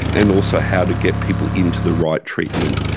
and also how to get people into the right treatment,